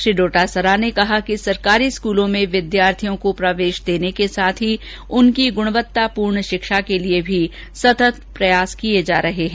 श्री डोटासरा ने कहा कि सरकारी स्कूलों में विद्यार्थियों को प्रवेश देने के साथ ही उनकी गुणवत्तावूर्ण शिक्षा के लिए भी सतत प्रयास किए जा रहे हैं